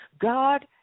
God